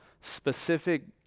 specific